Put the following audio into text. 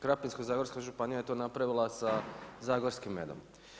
Krapinsko-zagorska županija je to napravila sa zagorskim medom.